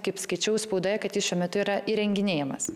kaip skaičiau spaudoje kad jis šiuo metu yra įrenginėjamas